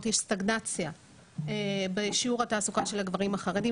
יש סטגנציה בשיעור התעסוקה של הגברים החרדים,